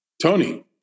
Tony